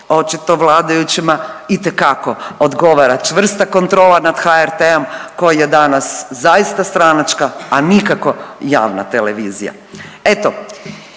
Očito vladajućima itekako odgovara čvrsta kontrola nad HRT-om koji je danas zaista stranačka, a nikako javna televizije. Eto,